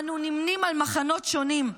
אנו נמנים על מחנות שונים.